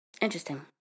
Interesting